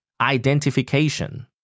identification